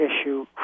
issue